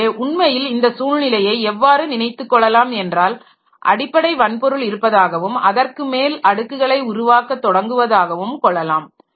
எனவே உண்மையில் இந்த சூழ்நிலையை எவ்வாறு நினைத்துப் கொள்ளலாம் என்றால் அடிப்படை வன்பொருள் இருப்பதாகவும் அதற்கு மேல் அடுக்குகளை உருவாக்க தொடங்குவதாகவும் கொள்ளலாம்